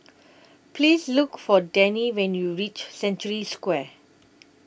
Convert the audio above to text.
Please Look For Denny when YOU REACH Century Square